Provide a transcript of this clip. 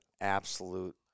absolute